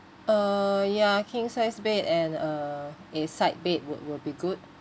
uh ya king size bed and uh a side bed will will be good